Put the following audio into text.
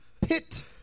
pit